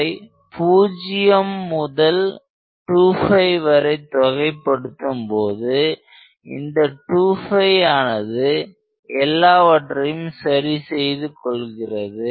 வை பூஜ்யம் முதல் 2 வரை தொகை படுத்தும்போது இந்த2ஆனது எல்லாவற்றையும் சரி செய்து கொள்கிறது